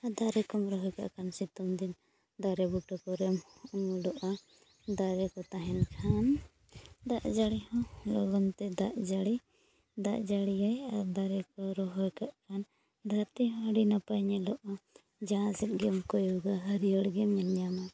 ᱟᱨ ᱫᱟᱨᱮ ᱠᱚᱢ ᱨᱚᱦᱚᱭ ᱠᱟᱜ ᱠᱷᱟᱱ ᱥᱤᱛᱩᱝ ᱫᱤᱱ ᱫᱟᱨᱮ ᱵᱩᱴᱟᱹ ᱠᱚᱨᱮᱢ ᱩᱢᱩᱞᱚᱜᱼᱟ ᱫᱟᱨᱮᱠᱚ ᱛᱟᱦᱮᱱ ᱠᱷᱟᱱ ᱫᱟᱜ ᱡᱟᱹᱲᱤᱦᱚᱸ ᱞᱚᱜᱚᱱᱛᱮ ᱫᱟᱜ ᱡᱟᱹᱲᱤ ᱫᱟᱜ ᱡᱟᱹᱲᱤᱭᱟᱭ ᱟᱨ ᱫᱟᱨᱮᱠᱚ ᱨᱚᱦᱚᱭ ᱠᱟᱜ ᱠᱷᱟᱱ ᱫᱷᱟᱹᱨᱛᱤᱦᱚᱸ ᱟᱹᱰᱤ ᱱᱟᱯᱟᱭ ᱧᱮᱞᱚᱜᱼᱟ ᱡᱟᱦᱟᱸᱥᱮᱫ ᱜᱮᱢ ᱠᱚᱭᱚᱜᱟ ᱦᱟᱹᱨᱭᱟᱹᱲ ᱜᱮᱢ ᱧᱮᱞ ᱧᱟᱢᱟ